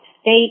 state